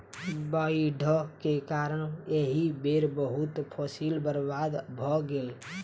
बाइढ़ के कारण एहि बेर बहुत फसील बर्बाद भअ गेल